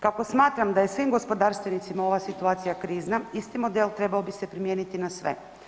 Kako smatram da je svim gospodarstvenicima ova situacija krizna isti model trebao bi se primijeniti na sve.